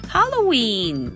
Halloween